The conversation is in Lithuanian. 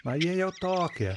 jie jau tokie